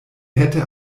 hätte